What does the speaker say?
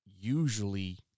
usually